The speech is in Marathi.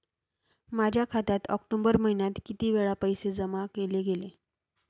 माझ्या खात्यात ऑक्टोबर महिन्यात किती वेळा पैसे जमा केले गेले?